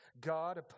God